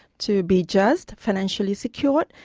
to be just, financially secure,